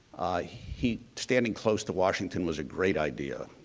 he standing close to washington was a great idea.